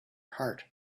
heart